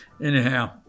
Anyhow